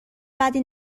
بدی